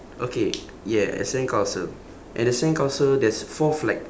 okay ya a sandcastle and the sandcastle there's four flag